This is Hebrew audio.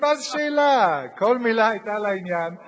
מה, איזה שאלה, כל מלה היתה לעניין.